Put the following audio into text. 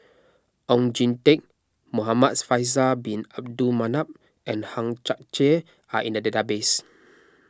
Oon Jin Teik Muhamad Faisal Bin Abdul Manap and Hang Chang Chieh are in the database